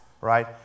right